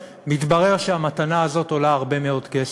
מתברר שהמתנה הזאת עולה הרבה מאוד כסף,